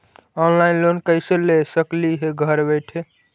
Online loan कैसे ले सकली हे घर बैठे?